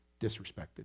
disrespected